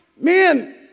Man